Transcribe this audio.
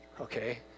okay